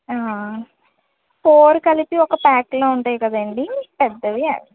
four కలిపి ఒక ప్యాక్లో ఉంటాయి కదండీ పెద్దవి అవి